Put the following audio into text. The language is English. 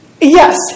Yes